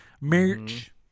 merch